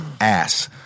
ass